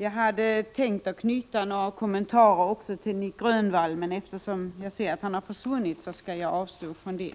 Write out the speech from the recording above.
Jag hade också tänkt göra några kommentarer till vad Nic Grönvall har sagt, men eftersom han inte längre är i kammaren avstår jag från det.